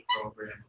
Program